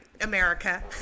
America